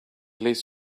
least